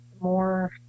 more